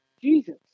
Jesus